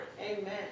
Amen